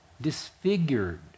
disfigured